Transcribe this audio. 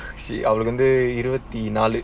see அவளுக்குவந்துஇருபத்திநாலு:avaluku vandhu irupathi naalu